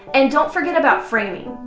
and don't forget about framing.